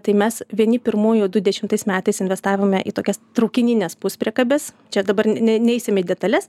tai mes vieni pirmųjų du dešimtais metais investavome į tokias traukinines puspriekabes čia dabar nei neisim į detales